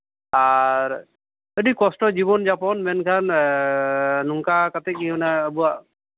ᱟᱨ ᱟᱹᱰᱤ ᱠᱚᱥᱴᱚ ᱡᱤᱵᱚᱱ ᱡᱟᱯᱚᱱ ᱢᱮᱱᱠᱷᱟᱱ ᱱᱚᱝᱠᱟ ᱠᱟᱛᱮᱫ ᱜᱮ ᱟᱵᱚᱣᱟᱜ